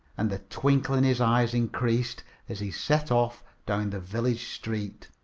and the twinkle in his eyes increased as he set off down the village street.